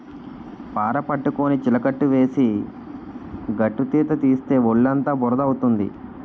పార పట్టుకొని చిలకట్టు వేసి గట్టుతీత తీస్తే ఒళ్ళుఅంతా బురద అవుతుంది